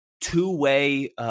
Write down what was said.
two-way